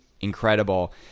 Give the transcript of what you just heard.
incredible